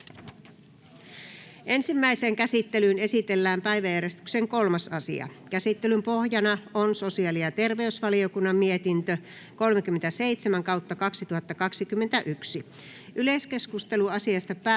Ensimmäiseen käsittelyyn esitellään päiväjärjestyksen 3. asia. Käsittelyn pohjana on sosiaali- ja terveysvaliokunnan mietintö StVM 37/2021 vp. Yleiskeskustelu asiasta päättyi